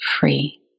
free